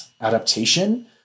adaptation